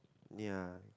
ya